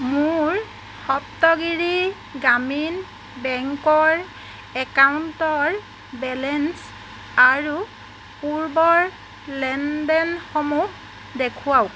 মোৰ সপ্তগিৰি গ্ৰামীণ বেংকৰ একাউণ্টৰ বেলেঞ্চ আৰু পূৰ্বৰ লেনদেনসমূহ দেখুৱাওক